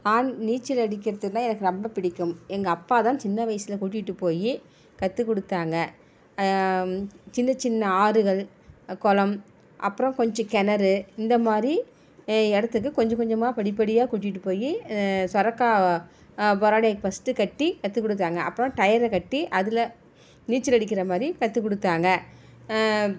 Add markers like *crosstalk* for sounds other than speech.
ஆழ் நீச்சல் அடிக்கிறதெலாம் எனக்கு ரொம்ப பிடிக்கும் எங்கள் அப்பா தான் சின்ன வயசில் கூட்டிகிட்டு போய் கற்று கொடுத்தாங்க சின்ன சின்ன ஆறுகள் குளம் அப்புறம் கொஞ்சம் கிணறு இந்த மாதிரி இடத்துக்கு கொஞ்சம் கொஞ்சமாக படி படியாக கூட்டிகிட்டு போய் சுரைக்கா *unintelligible* ஃபர்ஸ்ட்டு கட்டி கற்று கொடுத்தாங்க அப்புறம் டயரை கட்டி அதில் நீச்சல் அடிக்கிற மாதிரி கற்று கொடுத்தாங்க